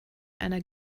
einer